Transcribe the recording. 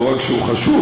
לא רק שהוא חשוב,